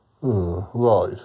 Right